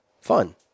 fun